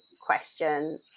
question